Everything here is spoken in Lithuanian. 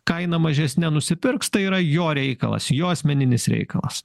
kainą mažesnę nusipirks tai yra jo reikalas jo asmeninis reikalas